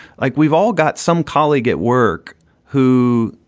like we've all got some colleague at work who,